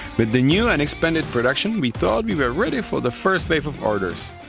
but the new and expanded production, we thought we were ready for the first wave of orders.